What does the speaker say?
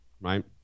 Right